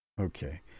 Okay